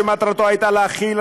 שמטרתו הייתה להחיל,